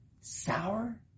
sour